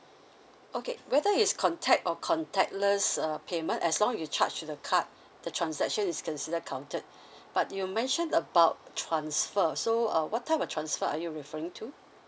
okay whether is contact or contactless uh payment as long you charge to the card the transaction is consider counted but you mention about transfer so uh what type of transfer are you referring to